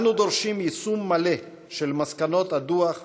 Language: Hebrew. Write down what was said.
אנו דורשים יישום מלא של מסקנות הדוח,